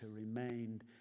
remained